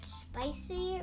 spicy